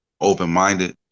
open-minded